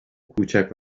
کوچک